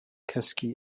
cysgu